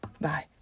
Bye